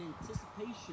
anticipation